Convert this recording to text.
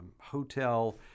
hotel